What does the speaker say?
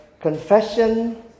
confession